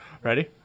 Ready